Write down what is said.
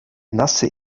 nace